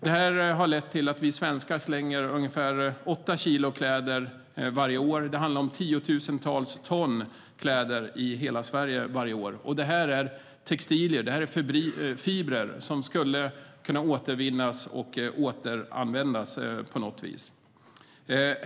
Det har lett till att vi svenskar slänger ungefär 8 kilo kläder varje år. Det handlar om tiotusentals ton kläder i hela Sverige varje år. Det är textilier och fibrer som skulle kunna återvinnas och återanvändas på något vis.